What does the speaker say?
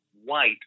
white